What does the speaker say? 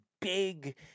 big